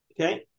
Okay